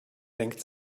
senkt